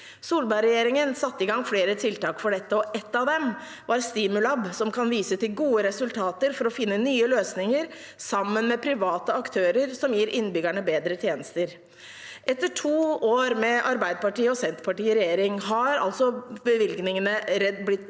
Solberg-regjeringen satte i gang flere tiltak for dette, og ett av dem var Stimulab som kan vise til gode resultater for å finne nye løsninger sammen med private aktører, som gir innbyggerne bedre tjenester. Etter to år med Arbeiderpartiet og Senterpartiet i regjering har bevilgningene blitt merkbart